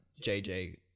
JJ